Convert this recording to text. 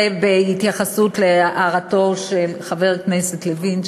זה בהתייחסות להערתו של חבר הכנסת לוין,